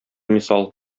мисал